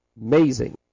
Amazing